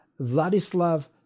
Vladislav